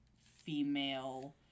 female